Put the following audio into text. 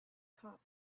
cop